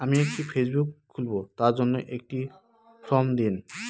আমি একটি ফেসবুক খুলব তার জন্য একটি ফ্রম দিন?